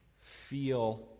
feel